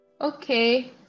okay